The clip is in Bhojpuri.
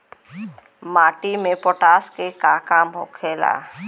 माटी में पोटाश के का काम होखेला?